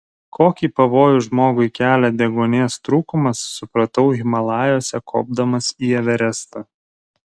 kokį pavojų žmogui kelia deguonies trūkumas supratau himalajuose kopdamas į everestą